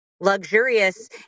luxurious